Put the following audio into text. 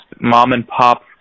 mom-and-pop